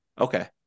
Okay